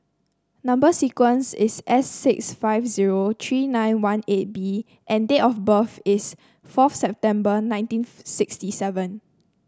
number sequence is S six five zero three nine one eight B and date of birth is fourth September nineteen sixty seven